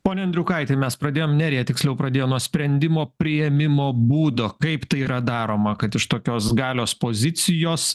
pone andriukaiti mes pradėjom nerija tiksliau pradėjo nuo sprendimo priėmimo būdo kaip tai yra daroma kad iš tokios galios pozicijos